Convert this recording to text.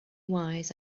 wise